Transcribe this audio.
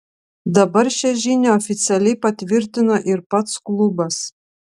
dabar šią žinią oficialiai patvirtino ir pats klubas